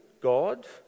God